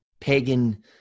pagan